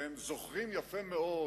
זוכרים יפה מאוד